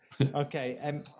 Okay